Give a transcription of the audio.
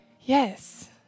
yes